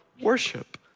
worship